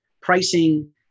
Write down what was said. Pricing